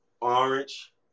orange